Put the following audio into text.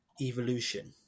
Evolution